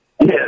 Yes